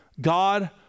God